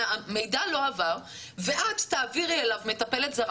המידע לא עבר ואת תעבירי אליו מטפלת זרה